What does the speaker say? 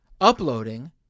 uploading